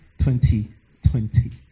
2020